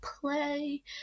play